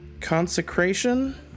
consecration